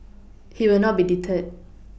he will not be deterred